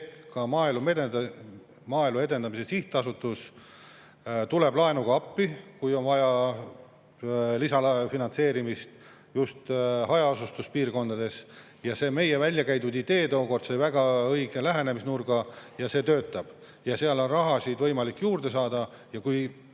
Ka Maaelu Edendamise Sihtasutus tuleb laenuga appi, kui on vaja lisafinantseerimist just hajaasustuspiirkondades. See meie väljakäidud idee sai tookord väga õige lähenemisnurga, see töötab ja seal on võimalik raha juurde saada. Kui